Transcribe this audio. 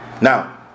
Now